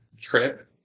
trip